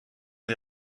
wir